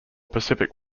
pacific